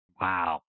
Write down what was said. wow